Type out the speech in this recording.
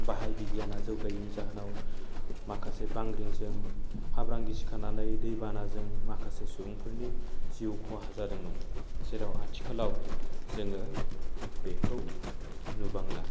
बाहाय बिगियान जौगायिनि जाहोनाव माखासे बांग्रिंजों हाब्रां गिसिखानानै दै बानाजों माखासे सुबुंफोरनि जिउ खहा जादोंमोन जेराव आथिखालाव जोङो बेखौ नुबांला